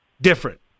different